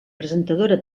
presentadora